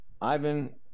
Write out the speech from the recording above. Ivan